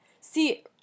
see